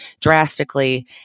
drastically